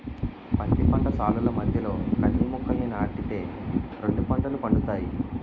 పత్తి పంట సాలుల మధ్యలో కంది మొక్కలని నాటి తే రెండు పంటలు పండుతాయి